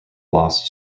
loss